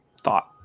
thought